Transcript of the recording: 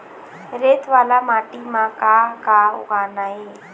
रेत वाला माटी म का का उगाना ये?